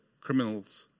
criminals